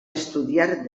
estudiar